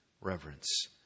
reverence